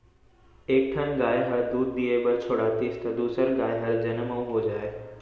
एक ठन गाय ह दूद दिये बर छोड़ातिस त दूसर गाय हर जनमउ हो जाए